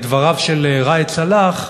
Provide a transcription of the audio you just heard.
את דבריו של ראאד סלאח,